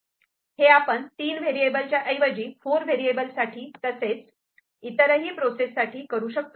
हे आपण तीन व्हेरिएबल च्या ऐवजी 4 व्हेरिएबल साठी तसेच इतरही ही प्रोसेससाठी करू शकतो